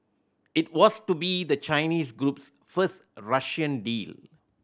it was to be the Chinese group's first Russian deal